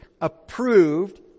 approved